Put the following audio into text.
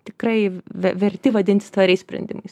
tikrai ve verti vadintis tvariais sprendimais